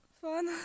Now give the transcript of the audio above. fun